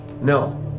No